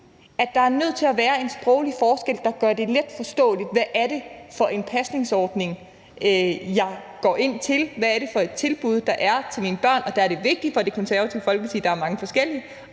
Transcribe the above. at der er nødt til at være en sproglig forskel, der gør det let forståeligt, hvad det er for en pasningsordning, man går ind til, og hvad det er for et tilbud, der er til ens børn. Og der er det vigtigt for Det Konservative Folkeparti, at der er mange forskellige